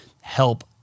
help